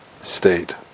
state